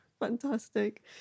Fantastic